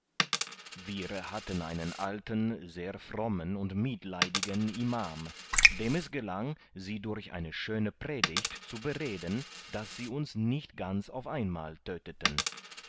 wir hatten einen alten sehr frommen und mitleidigen imam dem es gelang sie durch eine schöne predigt zu bereden daß sie uns nicht ganz auf einmal tödteten